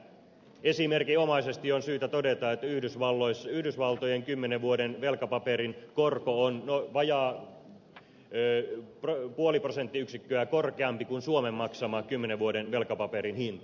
esimerkinomaisesti on syytä todeta että yhdysvaltojen kymmenen vuoden velkapaperin korko on vajaat puoli prosenttiyksikköä korkeampi kuin suomen maksama kymmenen vuoden velkapaperin hinta